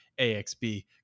AXB